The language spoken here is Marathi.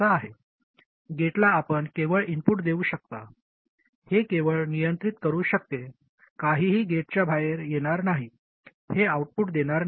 गेटला आपण केवळ इनपुट देऊ शकता हे केवळ नियंत्रित करू शकते काहीही गेटच्या बाहेर येणार नाही हे आउटपुट देणार नाही